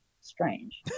strange